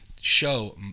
show